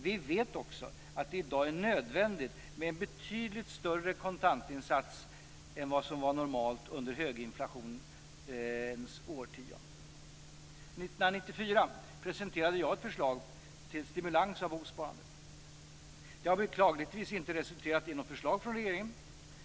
Vi vet också att det i dag är nödvändigt med en betydligt större kontantinsats än vad som var normalt under höginflationens årtionden. År 1994 presenterade jag ett förslag till stimulans av bosparande. Det har beklagligtvis inte resulterat i något förslag från regeringen.